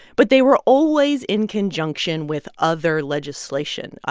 but they were always in conjunction with other legislation.